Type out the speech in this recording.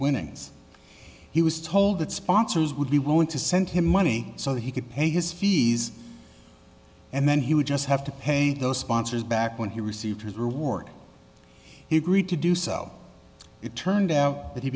winnings he was told that sponsors would be willing to send him money so that he could pay his fees and then he would just have to pay those sponsors back when he received his reward he agreed to do so it turned out that he